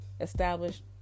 established